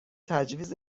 تجویز